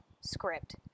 script